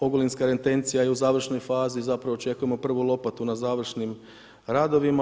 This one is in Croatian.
Ogulinska retencija je u završnoj fazi, zapravo, očekujemo prvu lopatu na završnim radovima.